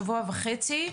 שבוע וחצי,